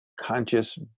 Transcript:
conscious